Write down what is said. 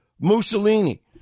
Mussolini